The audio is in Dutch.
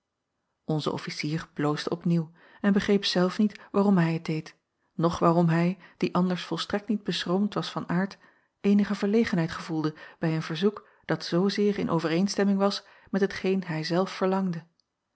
onze officier bloosde opnieuw en begreep zelf niet waarom hij het deed noch waarom hij die anders volstrekt niet beschroomd was van aard eenige verlegenheid gevoelde bij een verzoek dat zoozeer in overeenstemming was met hetgeen hij zelf verlangde